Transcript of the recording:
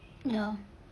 ya